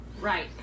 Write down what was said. Right